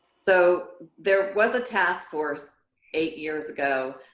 so there was a task force eight years ago,